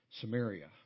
Samaria